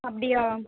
அப்படியா